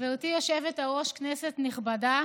גברתי היושבת-ראש, כנסת נכבדה,